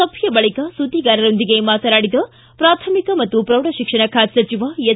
ಸಭೆಯ ಬಳಿಕ ಸುದ್ದಿಗಾರರೊಂದಿಗೆ ಮಾತನಾಡಿದ ಪ್ರಾಥಮಿಕ ಮತ್ತು ಪ್ರೌಢ ಶಿಕ್ಷಣ ಖಾತೆ ಸಚಿವ ಎಸ್